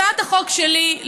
הצעת החוק שלי,